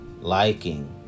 Liking